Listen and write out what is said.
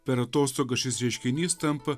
per atostogas šis reiškinys tampa